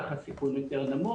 ככה הסיכוי הוא יותר נמוך,